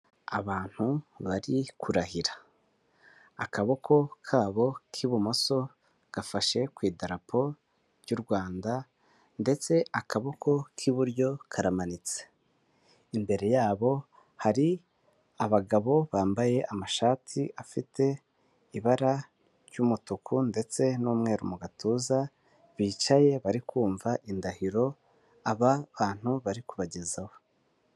Abantu bari kurahira akaboko kabo k'ibumoso gafashe ku idarapo ry'u rwanda ndetse akaboko k'iburyo karamanitse; imbere yabo hari abagabo bambaye amashati afite ibara ry'umutuku ndetse n'umweru mu gatuza bicaye bari kumva indahiro aba bantu bari kubagezaho.